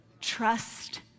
Trust